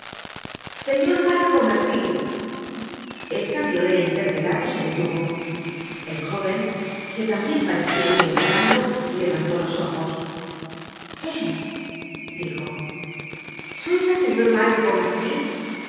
señor mario pontmercy el cabriolé interpelado se detuvo el jóven que tambien parecia ir meditando levantó los ojos eh dijo sois el señor mario